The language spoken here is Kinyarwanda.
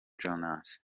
jones